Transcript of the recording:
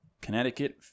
Connecticut